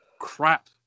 crap